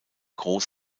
groß